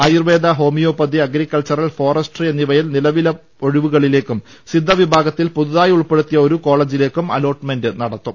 Ayurveda homeopathy agriculture forestry എന്നിവയിൽ നിലവിലെ ഒഴിവുകളിലേക്കും സിദ്ധ വിഭാഗത്തിൽ പുതുതായി ഉൾപ്പെടുത്തിയ ഒരു കോളജിലേക്കും അലോട്ട് മെന്റ് നടത്തും